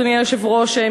אדוני היושב-ראש,